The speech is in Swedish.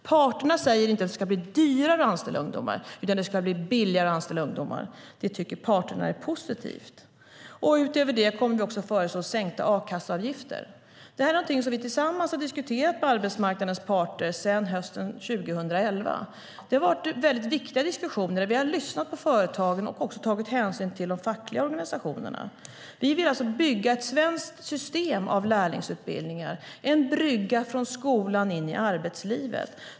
Parterna säger inte att det ska bli dyrare att anställa ungdomar utan att det ska bli billigare att anställa ungdomar. Det tycker parterna är positivt. Utöver det kommer vi att föreslå sänkta a-kasseavgifter. Det här är någonting som vi har diskuterat med arbetsmarknadens parter sedan hösten 2011. Det har varit viktiga diskussioner. Vi har lyssnat på företagen och också tagit hänsyn till de fackliga organisationerna. Vi vill alltså bygga ett svenskt system av lärlingsutbildningar, en brygga från skolan in i arbetslivet.